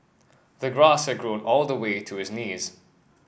the grass had grown all the way to his knees